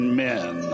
men